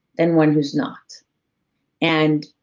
than one who's not and